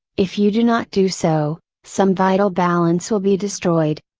if you do not do so, some vital balance will be destroyed.